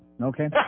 Okay